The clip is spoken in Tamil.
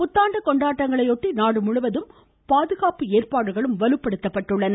புத்தாண்டு கொண்டாட்டங்களையொட்டி நாடு முழுவதும் பாதுகாப்பு ஏற்பாடுகள் பலப்படுத்தப்பட்டுள்ளன